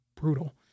Brutal